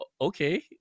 okay